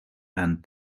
and